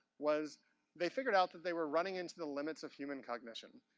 was they figured out that they were running into the limits of human cognition.